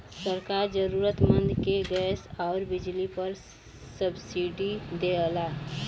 सरकार जरुरतमंद के गैस आउर बिजली पर सब्सिडी देवला